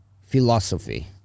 philosophy